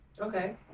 Okay